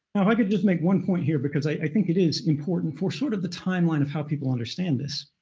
i could just make one point here, because i think it is important for sort of the timeline of how people understand this.